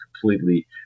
Completely